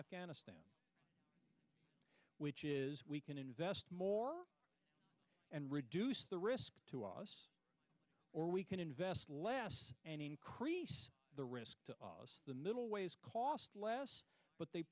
afghanistan which is we can invest more and reduce the risk to us or we can invest less and increase the risk to the middle way of cost but they